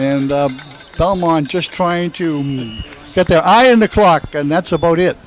and come on just trying to get their eye on the clock and that's about it